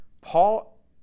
Paul